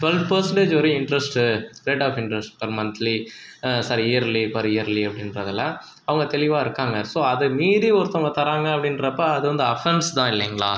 twelve percentage வரையும் interest rate of interest per monthly sorry yearly per yearly அப்படின்றதலாம் அவங்க தெளிவாகஇருக்காங்க ஸோ அதை மீறி ஒருத்தவங்க தராங்க அப்படின்றப்ப அது வந்து அஃப்பன்ஸ் தான் இல்லைங்களா